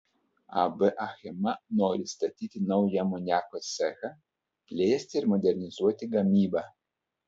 ab achema nori statyti naują amoniako cechą plėsti ir modernizuoti gamybą